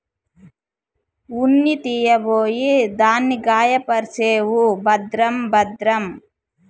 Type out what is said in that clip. ఉన్ని తీయబోయి దాన్ని గాయపర్సేవు భద్రం భద్రం